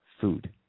food